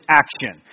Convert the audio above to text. action